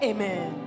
Amen